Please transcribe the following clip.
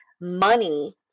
money